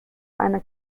einer